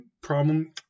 problem